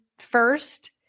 first